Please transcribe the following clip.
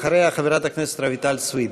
אחריה, חברת הכנסת רויטל סויד.